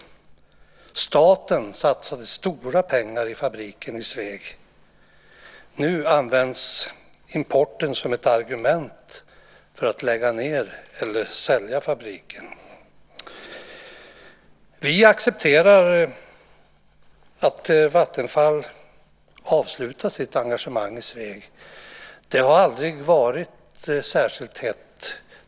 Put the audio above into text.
Staten satsade stora pengar i fabriken i Sveg. Nu används importen som ett argument för att lägga ned eller sälja fabriken. Vi accepterar att Vattenfall avslutar sitt engagemang i Sveg. Det har aldrig varit särskilt hett.